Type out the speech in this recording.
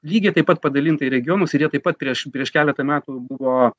lygiai taip pat padalinta į regionus ir jie taip pat prieš prieš keletą metų buvo